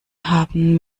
haben